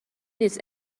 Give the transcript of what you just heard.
نیست